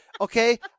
Okay